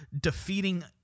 defeating